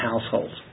households